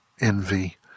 envy